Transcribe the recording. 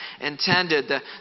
intended